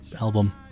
album